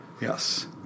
Yes